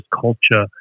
culture